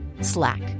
Slack